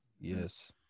Yes